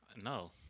No